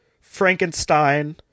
Frankenstein